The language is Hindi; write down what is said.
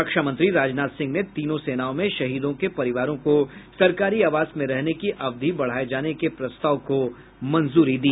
रक्षामंत्री राजनाथ सिंह ने तीनों सेनाओं में शहीदों के परिवारों को सरकारी आवास में रहने की अवधि बढ़ाए जाने के प्रस्ताव को मंजूरी दी